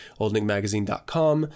oldnickmagazine.com